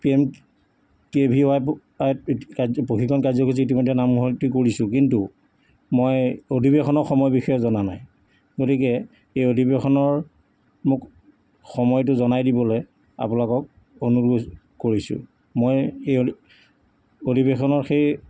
P M K V Y ৱাইত প্ৰশিক্ষণ কাৰ্যসূচীত ইতিমধ্যে নামভৰ্তি কৰিছো কিন্তু মই অধিৱেশনৰ সময় বিষয়ে জনা নাই গতিকে এই অধিৱেশনৰ মোক সময়টো জনাই দিবলে আপোনালোকক অনুৰোধ কৰিছো মই এই অধিৱেশনৰ সেই